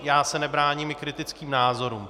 Já se nebráním kritickým názorům.